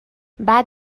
بعد